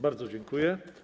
Bardzo dziękuję.